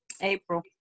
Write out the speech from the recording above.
April